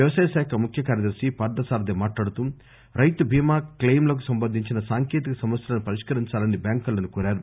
వ్యవసాయ శాఖ ముఖ్య కార్యదర్శి పార్దసారధి మాట్లాడుతూ రైతు బీమా క్లెయిమ్ లకు సంబంధించిన సాంకేతిక సమస్యలను పరిష్కరించాలని బ్యాంకర్లను కోరారు